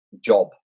job